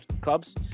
clubs